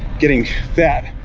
getting fat,